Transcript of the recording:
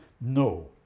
no